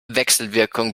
wechselwirkung